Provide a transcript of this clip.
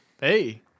Hey